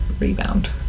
rebound